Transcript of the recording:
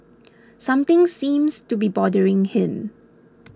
something seems to be bothering him